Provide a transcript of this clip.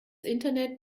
internet